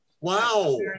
Wow